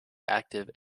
active